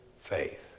faith